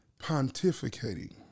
pontificating